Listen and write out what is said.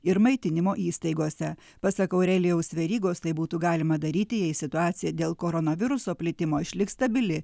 ir maitinimo įstaigose pasak aurelijaus verygos tai būtų galima daryti jei situacija dėl koronaviruso plitimo išliks stabili